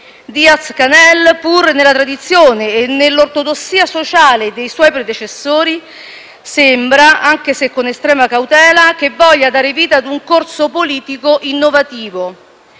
Diaz-Canel, pur nella tradizione e nell'ortodossia sociale dei suoi predecessori, sembra - anche se con estrema cautela - voler dare vita a un corso politico innovativo.